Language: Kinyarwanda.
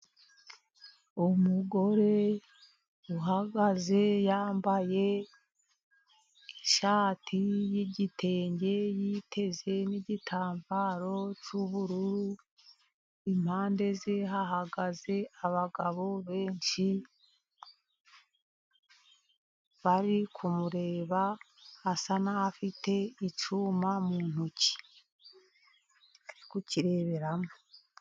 Umugore uhagaze, yambaye ishati y'igitenge, yiteze n'igitambaro cy'ubururu. Impande ze hahagaze abagabo benshi bari kumureba, asa naho afite icyuma mu ntoki ari kukireberamo.